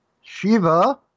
Shiva